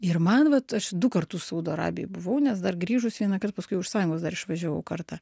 ir man vat aš du kartus saudo arabijoj buvau nes dar grįžus vienąkart paskui už sąjungos dar išvažiavau kartą